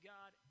God